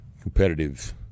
competitive